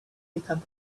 become